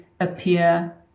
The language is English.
appear